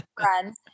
friends